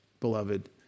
beloved